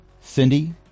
Cindy